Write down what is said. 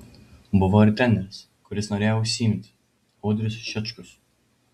buvo ir treneris kuris norėjo užsiimti audrius šečkus